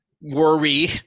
worry